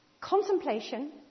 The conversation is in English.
contemplation